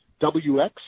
WX